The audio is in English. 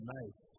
nice